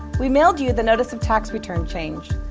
we mailed you the notice of tax return change,